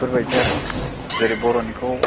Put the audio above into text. बेफोरबायदि आरो जेरै बर'निखौ